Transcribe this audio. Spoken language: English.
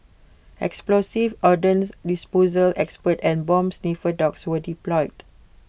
explosives ordnance disposal experts and bomb sniffer dogs were deployed